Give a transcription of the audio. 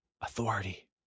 authority